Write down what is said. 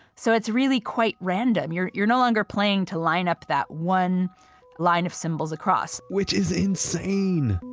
so it's really quite random. you're you're no longer playing to line up that one line of symbols across which is insane!